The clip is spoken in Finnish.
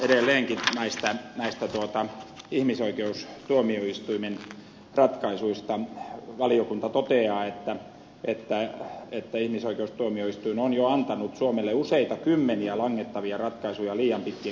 edelleenkin näistä ihmisoikeustuomioistuimen ratkaisuista valiokunta toteaa että ihmisoikeustuomioistuin on jo antanut suomelle useita kymmeniä langettavia ratkaisuja liian pitkien käsittelyaikojen vuoksi